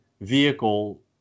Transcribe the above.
vehicle